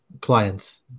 clients